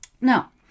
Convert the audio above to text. Now